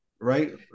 right